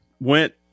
went